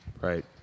right